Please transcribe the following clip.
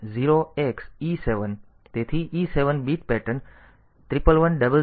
તેથી E7 bit pattern 11100111